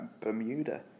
Bermuda